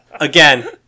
again